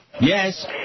Yes